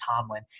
Tomlin